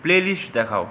playlist দেখাও